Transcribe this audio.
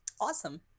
Awesome